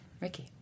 Ricky